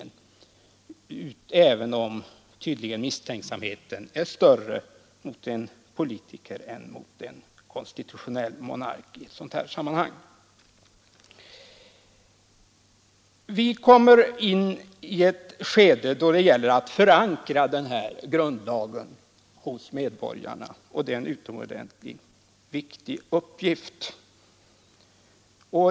Men jag noterar att misstänksamheten tydligen är större mot en politiker än mot en konstitutionell monark i ett sådant här sammanhang. Vi kommer in i ett skede då det gäller att förankra denna grundlag hos medborgarna, och det är en utomordentligt viktig uppgift.